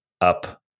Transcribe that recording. up